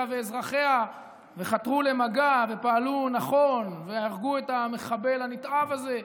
ואזרחיה וחתרו למגע ופעלו נכון והרגו את המחבל הנתעב הזה?